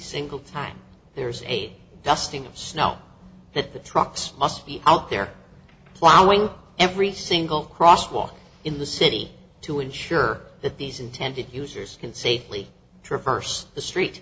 single time there is a dusting of snow that the trucks must be out there plowing every single cross walk in the city to ensure that these intended users can safely traverse the